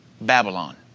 Babylon